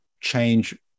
change